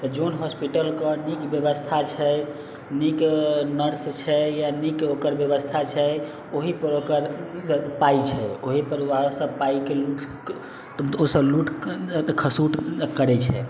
तऽ जोन हॉस्पिटलके नीक व्यवस्था छै नीक नर्स छै या नीक ओकर व्यवस्था छै ओहि पर ओकर पाइ छै ओही पर ओएह सब पाइके लूट ओसब लूट खसूट करैत छै